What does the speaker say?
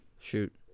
shoot